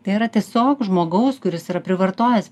tai yra tiesiog žmogaus kuris yra privartojęs